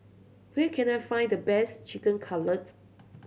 where can I find the best Chicken Cutlet